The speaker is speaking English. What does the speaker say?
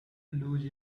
lose